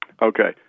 Okay